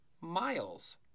miles